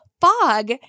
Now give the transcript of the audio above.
fog